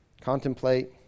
contemplate